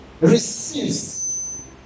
receives